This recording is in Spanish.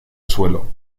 suelo